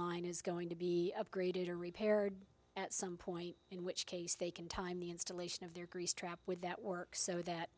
line is going to be upgraded or repaired at some point in which case they can time the installation of their grease trap with that work so that